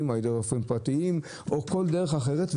או על ידי רופאים פרטיים או בכל דרך אחרת.